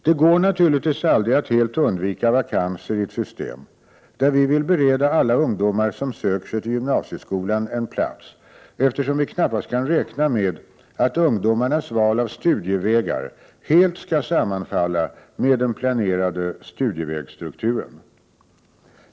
Det går naturligtvis aldrig att helt undvika vakanser i ett system där vi vill bereda alla ungdomar som söker sig till gymnasieskolan en plats, eftersom vi knappast kan räkna med att ungdomarnas val av studievägar helt skall sammanfalla med den planerade studievägsstrukturen.